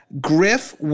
Griff